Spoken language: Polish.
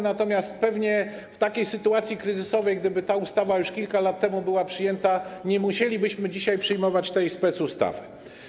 Natomiast pewnie w sytuacji kryzysowej - gdyby ta ustawa już kilka lat temu była przyjęta - nie musielibyśmy dzisiaj przyjmować tej specustawy.